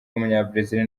w’umunyabrazil